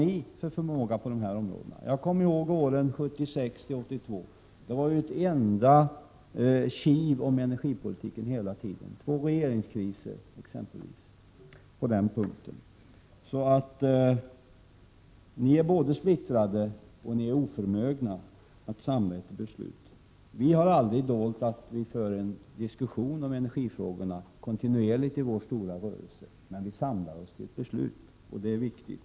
Jag kommer ihåg hur det var under åren 1976-1982, en period som kännetecknades av enda kiv om energipolitiken. Det var exempelvis då två energikriser. Således är ni både splittrade och oförmögna att samla er till beslut. Vi har aldrig dolt att vi inom vår stora rörelse kontinuerligt för en diskussion i energifrågorna. Men vi kan också, som sagt, samla oss till ett beslut, och det är viktigt.